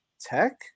Tech